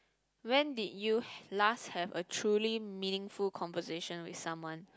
when did you last have a truly meaningful conversation with someone